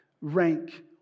Rank